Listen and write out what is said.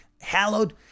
Hallowed